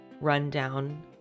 rundown